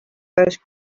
first